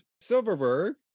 Silverberg